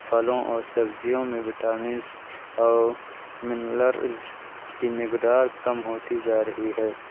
پھلوں اور سبزیوں میں وٹامنس اور منلرس کی مقدار کم ہوتی جا رہی ہے